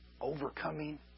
overcoming